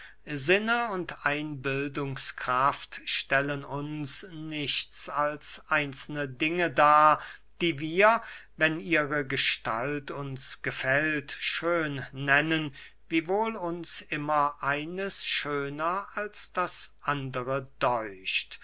sinne und einbildungskraft stellen uns nichts als einzelne dinge dar die wir wenn ihre gestalt uns gefällt schön nennen wiewohl uns immer eines schöner als das andere